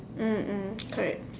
mm mm correct